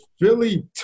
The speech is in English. Philly